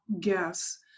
guess